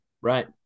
right